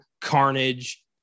Carnage